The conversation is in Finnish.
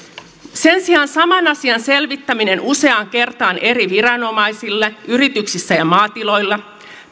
sen sijaan saman asian selvittäminen useaan kertaan eri viranomaisille yrityksissä ja maatiloilla